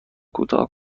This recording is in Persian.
کوتاه